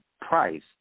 price